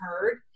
heard